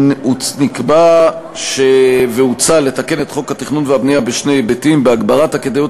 נקבע והוצע לתקן את חוק התכנון והבנייה בשני היבטים: בהגברת הכדאיות